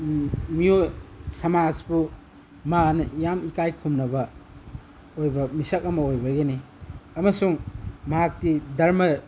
ꯁꯃꯥꯖꯄꯨ ꯃꯥꯅ ꯌꯥꯝ ꯏꯀꯥꯏ ꯈꯨꯝꯅꯕ ꯑꯣꯏꯕ ꯃꯤꯁꯛ ꯑꯃ ꯑꯣꯏꯕꯒꯤꯅꯤ ꯑꯃꯁꯨꯡ ꯃꯍꯥꯛꯇꯤ ꯙꯔꯃ